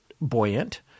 buoyant